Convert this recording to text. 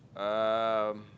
um